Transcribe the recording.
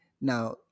Now